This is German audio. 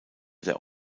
der